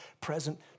present